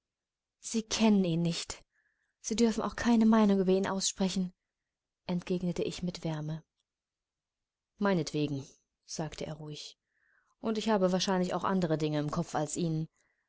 sie kennen ihn nicht sie dürfen auch keine meinung über ihn aussprechen entgegnete ich mit wärme meinetwegen sagte er ruhig und ich habe wahrlich auch andere dinge im kopf als ihn